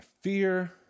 fear